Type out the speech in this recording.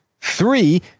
Three